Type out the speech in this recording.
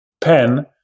pen